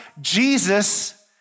Jesus